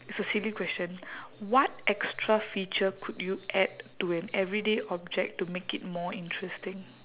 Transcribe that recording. it's a silly question what extra feature could you add to an everyday object to make it more interesting